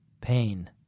Pain